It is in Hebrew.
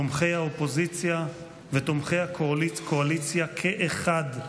תומכי האופוזיציה ותומכי הקואליציה כאחד,